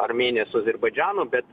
armėnija su azerbaidžanu bet